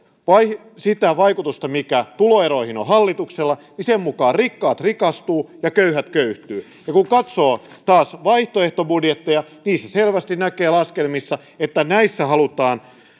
sitä vaikutusta mikä tuloeroihin on hallituksella niin sen mukaan rikkaat rikastuvat ja köyhät köyhtyvät ja kun katsoo taas vaihtoehtobudjetteja niiden laskelmissa selvästi näkee että näissä halutaan